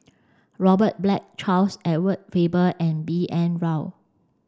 Robert Black Charles Edward Faber and B N Rao